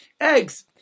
eggs